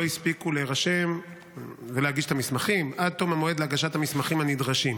הספיקו להירשם ולהגיש את המסמכים עד תום הזמן להגשת המסמכים הנדרשים.